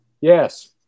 yes